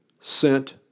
sent